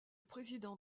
président